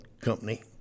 company